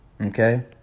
Okay